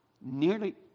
nearly